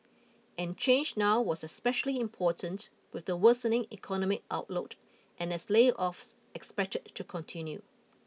and change now was especially important with the worsening economic outlook and as layoffs expected to continue